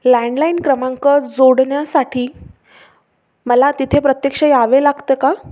landline क्रमांक जोडण्यासाठी मला तिथे प्रत्यक्ष यावे लागतं का